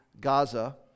Gaza